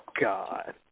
God